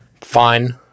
Fine